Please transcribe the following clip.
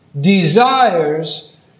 desires